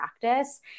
practice